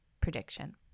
prediction